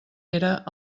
era